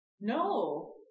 No